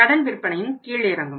கடன் விற்பனையும் கீழிறங்கும்